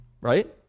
right